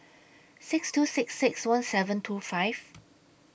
six two six six one seven two five